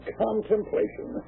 contemplation